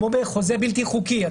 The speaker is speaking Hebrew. כמו בחוזה בלתי חוקי,